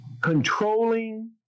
controlling